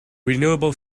renewable